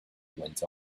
went